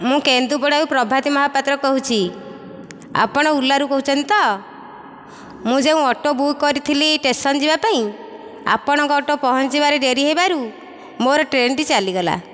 ମୁଁ କେନ୍ଦୁପଡ଼ାରୁ ପ୍ରଭାତୀ ମହାପାତ୍ର କହୁଛି ଆପଣ ଓଲାରୁ କହୁଛନ୍ତି ତ ମୁଁ ଯେଉଁ ଅଟୋ ବୁକ୍ କରିଥିଲି ଷ୍ଟେସନ ଯିବା ପାଇଁ ଆପଣଙ୍କ ଅଟୋ ପହଞ୍ଚିବାରେ ଡେରି ହେବାରୁ ମୋର ଟ୍ରେନଟି ଚାଲିଗଲା